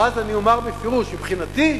ואז אני אומר בפירוש: מבחינתי,